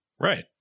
Right